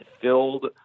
filled